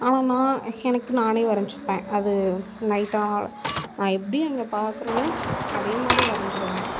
ஆனால் நான் எனக்கு நானே வரைஞ்சிப்பேன் அது நைட்டு ஆனால் நான் எப்படி அங்கே பார்க்குறனோ அதே மாதிரி வரைஞ்சிருவேன்